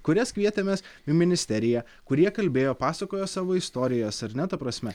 kurias kvietėmės į ministeriją kurie kalbėjo pasakojo savo istorijas ar ne ta prasme